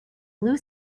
blue